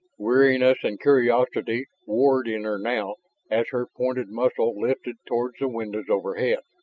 wariness and curiosity warred in her now as her pointed muzzle lifted toward the windows overhead.